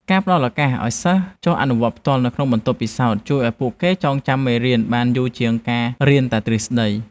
ការផ្តល់ឱកាសឱ្យសិស្សចុះអនុវត្តផ្ទាល់នៅក្នុងបន្ទប់ពិសោធន៍ជួយឱ្យពួកគេចងចាំមេរៀនបានយូរជាងការរៀនតែទ្រឹស្តី។